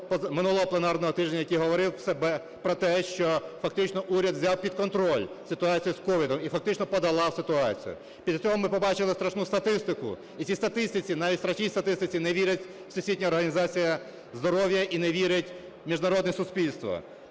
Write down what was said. минулого пленарного тижня, який говорив про те, що фактично уряд взяв під контроль ситуацію з COVID і фактично подолав ситуацію. Після цього ми побачили страшну статистику, і цій статистиці, навіть страшній статистиці, не вірить Всесвітня організація здоров'я і не вірить міжнародне суспільство.